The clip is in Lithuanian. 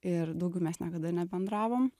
ir daugiau mes niekada nebendravom